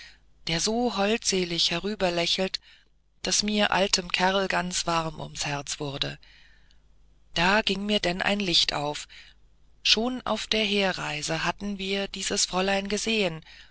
der so holdselig herüberlächelte daß mir altem kerl ganz warm ums herz wurde da ging mir denn ein licht auf schon aus der herreise hatten wir dieses fräulein gesehen